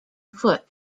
foot